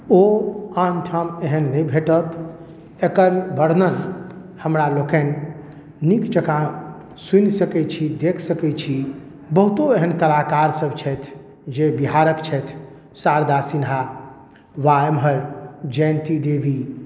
ओ आनठाम एहन नहि भेटत एकर वर्णन हमरा लोकनि नीक जकाँ सुनि सकै छी देख सकै छी बहुतो एहन कलाकार सब छथि जे बिहारके छथि शारदा सिन्हा वा एमहर जयन्ती देवी